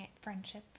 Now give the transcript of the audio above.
friendship